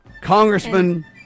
Congressman